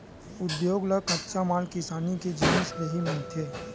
उद्योग ल कच्चा माल किसानी के जिनिस ले ही मिलथे